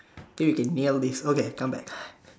I think we can nail this okay comeback